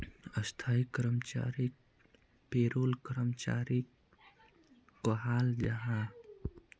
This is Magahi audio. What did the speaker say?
स्थाई कर्मचारीक पेरोल कर्मचारी कहाल जाहा